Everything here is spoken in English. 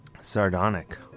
Sardonic